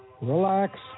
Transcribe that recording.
relax